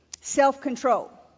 Self-control